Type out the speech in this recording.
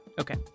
Okay